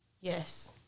Yes